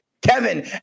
Kevin